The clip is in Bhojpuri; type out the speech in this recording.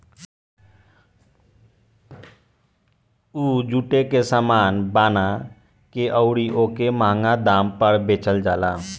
उ जुटे के सामान बना के अउरी ओके मंहगा दाम पर बेचल जाला